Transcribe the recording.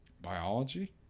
biology